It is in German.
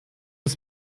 des